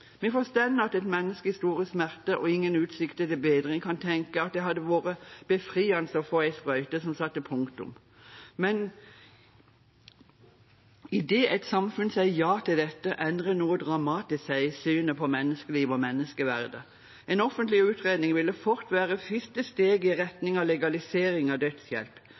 Vi forstår at et menneske med store smerter og ingen utsikter til bedring kan tenke at det hadde vært befriende å få en sprøyte som satte punktum. Men idet et samfunn sier ja til dette, endrer noe seg dramatisk i synet på menneskeliv og menneskeverd. En offentlig utredning ville fort være første steg i retning av en legalisering av dødshjelp.